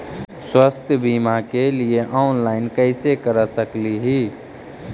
स्वास्थ्य बीमा के लिए ऑनलाइन कैसे कर सकली ही?